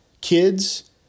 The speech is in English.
Kids